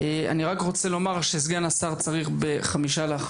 אני רק רוצה לומר שסגן השר צריך לצאת ב-10:55,